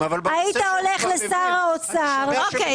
קשה לי